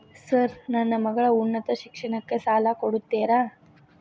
Sir ನನ್ನ ಮಗಳ ಉನ್ನತ ಶಿಕ್ಷಣಕ್ಕೆ ಸಾಲ ಕೊಡುತ್ತೇರಾ?